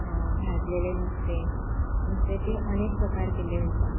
भाजलेले नुस्तें नुस्त्याचे अनेक प्रकार केल्ले वयता